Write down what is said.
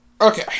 Okay